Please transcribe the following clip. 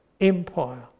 empire